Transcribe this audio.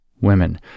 women